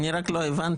אני רק לא הבנתי,